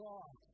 God